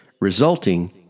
resulting